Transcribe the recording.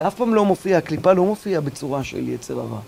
זה אף פעם לא מופיע, הקליפה לא מופיעה בצורה של יצר הרע.